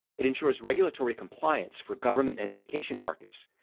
it ensures regulatory compliance for government and education markets.